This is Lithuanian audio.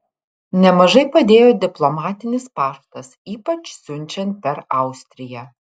nemažai padėjo diplomatinis paštas ypač siunčiant per austriją